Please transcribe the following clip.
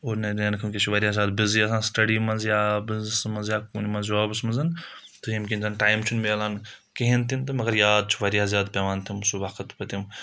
خٲطرٕ واریاہ زیادٕ بِزِی آسان سٕٹَیڈِی منٛز یا بِزنِسَس منٛز یا کُنہِ منٛز جابَس منٛز تہٕ ییٚمہِ کِنۍ زَن ٹایِم چھُنہٕ ملان کِہیٖنۍ تہِ نہٕ تہٕ مگر یاد چھُ واریاہ زیادٕ پؠوان تِم سُہ وقت پَتِم